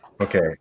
okay